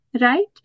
right